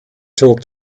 talk